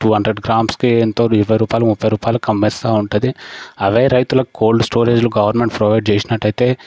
two hundred గ్రామ్స్కి ఎంతో ఇరవై రూపాయలకు ముప్పై రూపాయలకు అమ్మేస్తూ ఉంటుంది అవే రైతులకు కోల్డ్ స్టోరేజ్లు గవర్నమెంట్ ప్రొవైడ్ చేసినట్టయితే